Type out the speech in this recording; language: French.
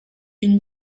une